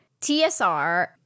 TSR